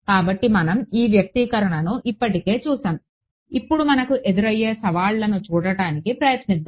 కాబట్టి మనం ఈ వ్యక్తీకరణను ఇప్పటికే చూసాము ఇప్పుడు మనకు ఎదురయ్యే సవాళ్లను చూడటానికి ప్రయత్నిద్దాం